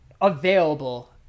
available